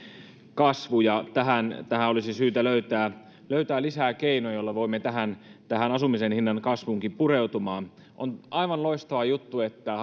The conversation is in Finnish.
kasvu ja olisi syytä löytää löytää lisää keinoja joilla voimme tähän tähän asumisen hinnan kasvuunkin pureutua on aivan loistava juttu että